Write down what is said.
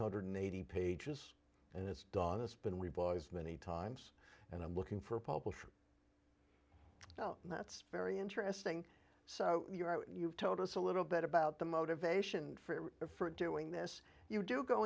hundred eighty pages and it's done it's been revised many times and i'm looking for a publisher now and that's very interesting so you've told us a little bit about the motivation for doing this you do go